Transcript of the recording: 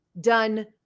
done